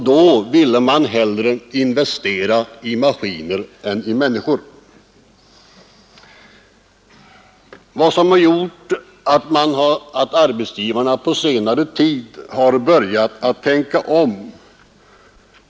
Då ville företagen hellre investera i maskiner än i människor. Det är utvecklingen själv som gjort att arbetsgivarna på senare tid börjat tänka om.